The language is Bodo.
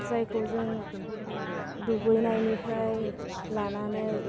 जायखौ जों दुगैनायनिफ्राय लानानै